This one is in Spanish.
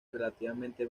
relativamente